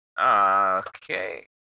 okay